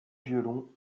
violons